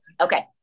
okay